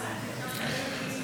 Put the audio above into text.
נתקבלה.